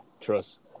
Trust